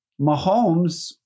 Mahomes